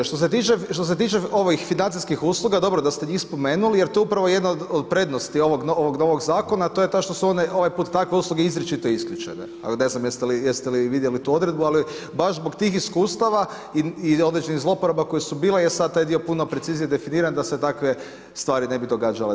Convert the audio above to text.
Što se tiče ovih financijskih usluga, dobro je da ste njih spomenuli jer to je upravo jedan od prednosti ovog novog zakona, a to je ta što su one ovaj put takve usluge izričito isključene, ne znam jeste li vidjeli tu odredbu ali baš zbog tih iskustava i određenih zloporaba koje su bile je sada taj dio puno preciznije definiran da se takve stvari ne bi događale dalje.